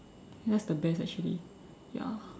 that's the best actually ya